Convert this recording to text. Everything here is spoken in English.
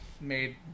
made